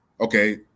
Okay